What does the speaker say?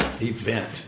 event